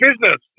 business